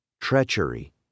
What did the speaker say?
treachery